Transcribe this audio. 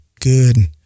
good